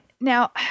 Now